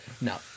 No